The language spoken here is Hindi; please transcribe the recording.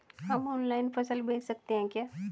हम ऑनलाइन फसल बेच सकते हैं क्या?